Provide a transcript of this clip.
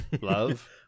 Love